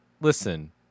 Listen